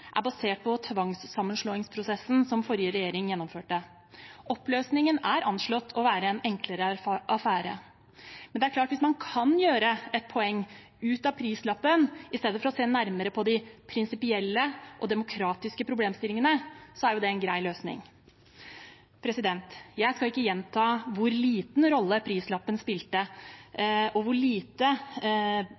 er basert på tvangssammenslåingsprosessen som forrige regjering gjennomførte. Oppløsningen er anslått å være en enklere affære. Det er klart at hvis man kan gjøre et poeng av prislappen i stedet for å se nærmere på de prinsipielle og demokratiske problemstillingene, er jo det en grei løsning. Jeg skal ikke gjenta hvor liten rolle prislappen spilte, og hvor lite